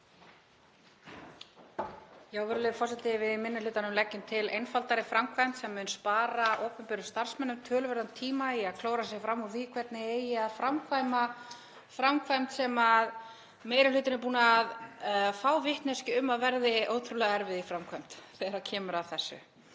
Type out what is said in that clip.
Virðulegi forseti. Við í minni hlutanum leggjum til einfaldari framkvæmd sem mun spara opinberum starfsmönnum töluverðan tíma í að klóra sig fram úr því hvernig eigi að framkvæma framkvæmd sem meiri hlutinn er búinn að fá vitneskju um að verði ótrúlega erfið þegar kemur að þessu.